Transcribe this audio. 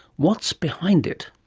what's behind it?